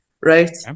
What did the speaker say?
right